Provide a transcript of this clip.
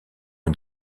une